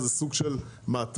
זה סוג של מעטפת.